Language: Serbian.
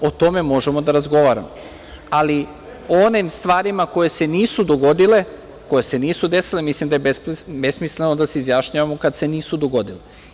O tome možemo da razgovaramo, ali o onim stvarima koje se nisu dogodile, koje se nisu desile mislim da je besmisleno da se izjašnjavamo kad se nisu dogodile.